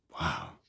Wow